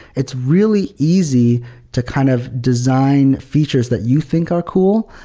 it's really easy to kind of design features that you think are cool,